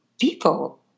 people